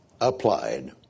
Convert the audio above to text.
applied